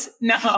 no